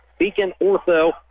BeaconOrtho